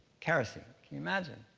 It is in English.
kerosene can you imagine?